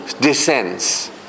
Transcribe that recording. descends